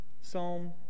Psalm